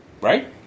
Right